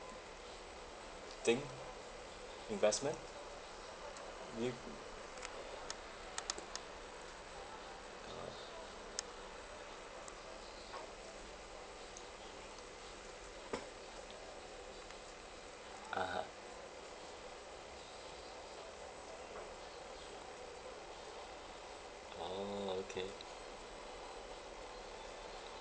thing investment you (uh huh) orh okay